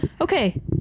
Okay